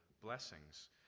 blessings